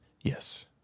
Yes